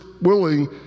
willing